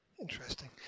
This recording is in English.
Interesting